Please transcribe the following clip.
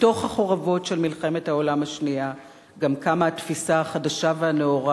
מתוך החורבות של מלחמת העולם השנייה גם קמה התפיסה החדשה והנאורה